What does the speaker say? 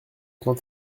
temps